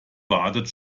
wartet